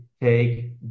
take